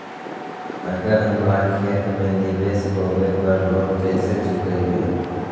अगर हमरा खेती में निवेस होवे पर लोन कैसे चुकाइबे?